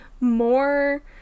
more